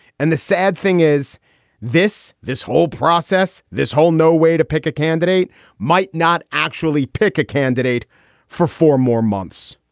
and the sad thing is this this whole process, this whole no way to pick a candidate might not actually pick a candidate for four more months